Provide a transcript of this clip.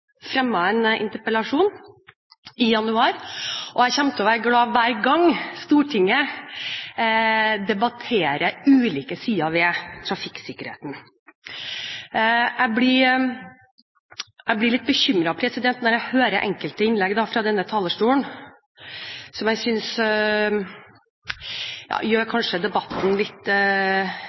en interpellasjon i januar. Jeg kommer til å være glad hver gang Stortinget debatterer ulike sider ved trafikksikkheten. Jeg blir litt bekymret når jeg hører enkelte innlegg fra denne talerstolen som kanskje gjør debatten litt vanskelig. Jeg